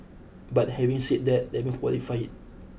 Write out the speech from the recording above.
but having said that let me qualify it